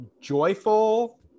joyful